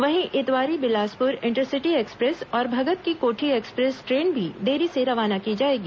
वहीं Itwari Bilaspur intercity express और Bhagat ki Kothi express train भी देरी से रवाना की जाएगी